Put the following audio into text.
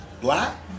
black